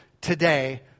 today